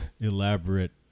elaborate